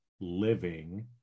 living